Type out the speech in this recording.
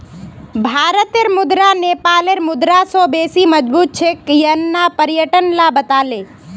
भारतेर मुद्रा नेपालेर मुद्रा स बेसी मजबूत छेक यन न पर्यटक ला बताले